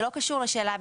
זה לא קשור לשאלה,